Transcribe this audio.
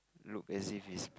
look as if he's